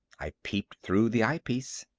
i peeped through the eyepiece.